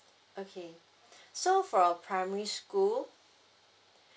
okay so for primary school